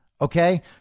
Okay